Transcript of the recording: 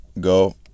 go